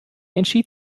entschied